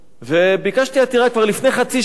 ביקשתי עתירה כבר לפני חצי שנה.